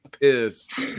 pissed